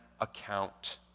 account